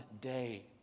day